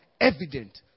evident